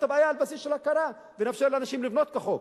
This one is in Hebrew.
הבעיה על בסיס של הכרה ונאפשר לאנשים לבנות כחוק.